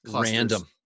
random